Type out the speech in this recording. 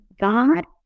God